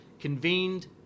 convened